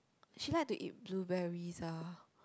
she like to eat blueberries ah